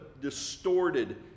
distorted